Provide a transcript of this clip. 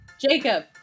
Jacob